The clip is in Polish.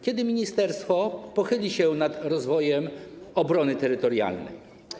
Kiedy ministerstwo pochyli się nad rozwojem obrony terytorialnej?